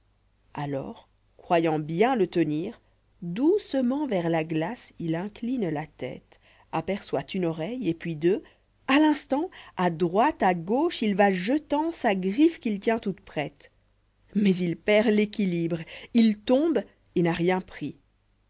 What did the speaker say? alors croyant bien le tenir doucement vers la glace il incline la tête aperçoit une oreille et puis deux a l'instant a droite à gauche il va jetant sa griffe qu'il tient toute prête mais il perd l'équilibre il tombe et n'a rien pris